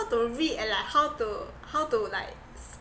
to read and like how to how to like